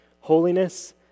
holiness